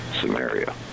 Samaria